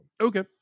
Okay